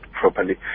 properly